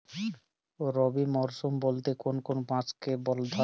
রবি মরশুম বলতে কোন কোন মাসকে ধরা হয়?